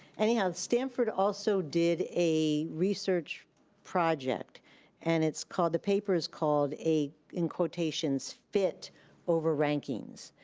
anyhow, stanford also did a research project and it's called, the paper's called a, in quotations, fit over rankings.